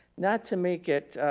not to make it,